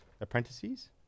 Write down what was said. Apprentices